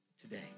today